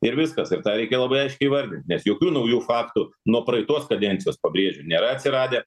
ir viskas ir tą reikia labai aiškiai įvardint nes jokių naujų faktų nuo praeitos kadencijos pabrėžiu nėra atsiradę